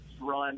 run